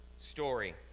story